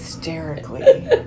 hysterically